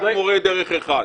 רק מורה דרך אחד.